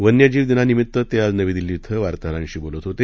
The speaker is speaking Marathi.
वन्यजीव दिनानिमित्त ते आज नवी दिल्ली इथं वार्ताहरांशी बोलत होते